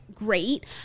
great